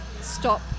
stop